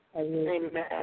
Amen